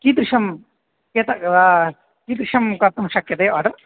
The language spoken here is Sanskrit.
कीदृशम् एतत् कीदृशं कर्तुं शक्यते आर्डर्